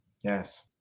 Yes